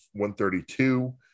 132